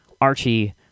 Archie